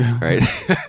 Right